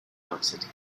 answered